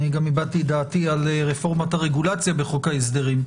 גם הבעתי דעתי על רפורמת הרגולציה בחוק ההסדרים.